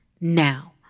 Now